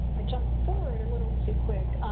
i jump forward a little too quick.